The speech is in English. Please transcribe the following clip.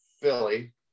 Philly